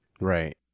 Right